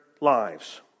lives